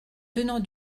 tenants